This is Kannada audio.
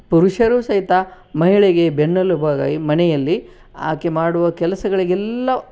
ಪುರುಷರೂ ಸಹಿತ ಮಹಿಳೆಗೆ ಬೆನ್ನೆಲುಬಾಗಿ ಮನೆಯಲ್ಲಿ ಆಕೆ ಮಾಡುವ ಕೆಲಸಗಳಿಗೆಲ್ಲಾ